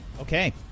Okay